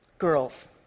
Girls